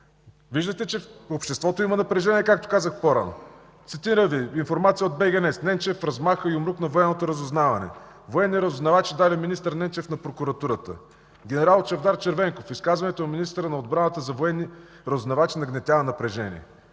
Виждате, че в обществото има напрежение, както казах по-рано. Цитирам Ви информация от БГНЕС: „Ненчев размахва юмрук на военното разузнаване”, „Военни разузнавачи дали министър Ненчев на прокуратурата”, „Генерал Чавдар Червенков: „Изказването на министъра на отбраната за военни разузнавачи нагнетява напрежение”.